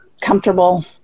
comfortable